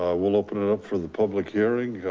ah we'll open it up for the public hearing.